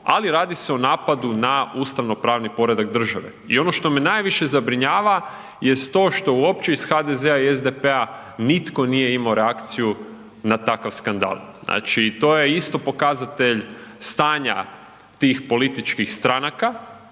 ali radi se o napadu na ustavno pravni poredak države i ono što me najviše zabrinjava jest to što uopće iz HDZ-a i SDP-a nitko nije imao reakciju na takav skandal, znači to je isto pokazatelj stanja tih političkih stranaka